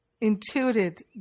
intuited